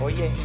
Oye